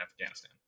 Afghanistan